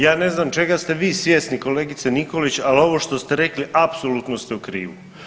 Ja ne znam čega ste vi svjesni kolegice Nikolić, ali ovo što ste rekli apsolutno ste u krivu.